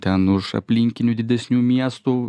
ten už aplinkinių didesnių miestų